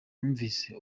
numvise